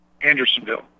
Andersonville